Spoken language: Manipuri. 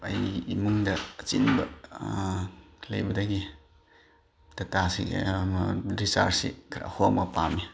ꯑꯩꯒꯤ ꯏꯃꯨꯡꯗ ꯑꯆꯤꯟꯕ ꯂꯩꯕꯗꯒꯤ ꯗꯇꯥꯁꯤ ꯔꯤꯆꯥꯔꯖꯁꯤ ꯈꯔ ꯍꯣꯡꯕ ꯄꯥꯝꯃꯦ